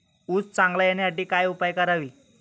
ऊस चांगला येण्यासाठी काय उपाय करावे?